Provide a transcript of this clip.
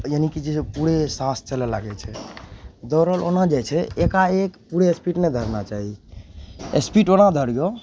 यानि कि जैसे पुरे साँस चलऽ लागय छै दौड़ल ओना जाइ छै एकाएक पूरे स्पीड नहि धरना चाही स्पीड ओना धरियौ